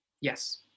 Yes